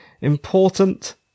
important